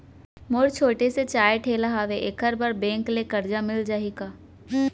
मोर छोटे से चाय ठेला हावे एखर बर बैंक ले करजा मिलिस जाही का?